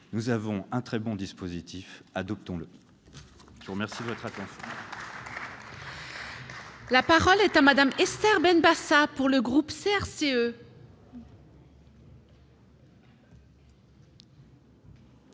Nous avons un très bon dispositif, adoptons-le